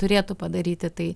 turėtų padaryti tai